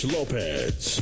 Lopez